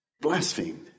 blasphemed